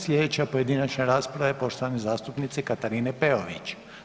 Sljedeća pojedinačna rasprava je poštovane zastupnice Katarine Peović.